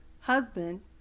husband